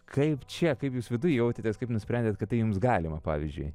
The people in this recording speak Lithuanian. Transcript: kaip čia kaip jūs viduj jautėtės kaip nusprendėt kad tai jums galima pavyzdžiui